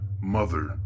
Mother